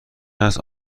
است